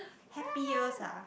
happiest ah